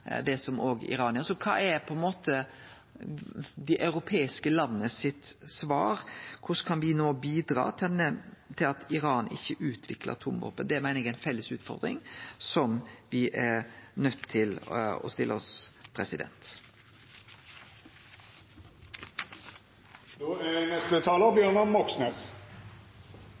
det som Iran gjer. Kva er dei europeiske landa sitt svar? Korleis kan me no bidra til at Iran ikkje utviklar atomvåpen? Det meiner eg er ei felles utfordring på eit spørsmål som me er nøydde til å stille oss.